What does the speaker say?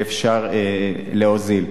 שאפשר להוזיל.